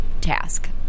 task